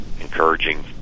encouraging